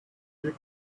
you